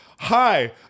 Hi